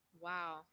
wow